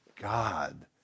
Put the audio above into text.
God